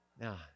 Now